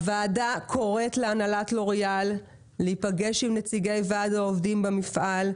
הוועדה קוראת להנהלת לוריאל להיפגש עם נציגי וועד העובדים במפעל,